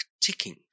ticking